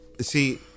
see